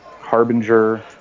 Harbinger